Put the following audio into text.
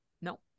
no